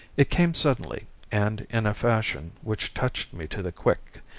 it came suddenly, and in a fashion which touched me to the quick,